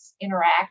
interact